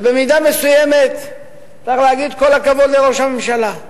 ובמידה מסוימת צריך להגיד "כל הכבוד" לראש הממשלה,